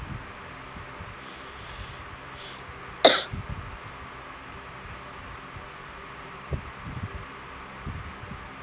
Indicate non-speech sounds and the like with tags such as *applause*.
*coughs*